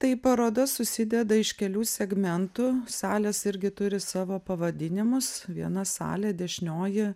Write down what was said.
tai paroda susideda iš kelių segmentų salės irgi turi savo pavadinimus viena salė dešinioji